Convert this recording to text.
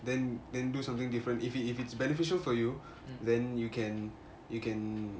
then then do something different if it's if it's beneficial for you then you can you can